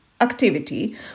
activity